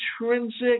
intrinsic